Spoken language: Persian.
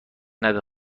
نده